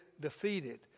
defeated